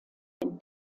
den